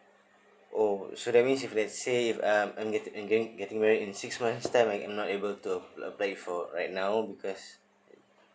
oh so that means if let's say if uh I I'm getting married in six months time like I'm not able to apply for right now because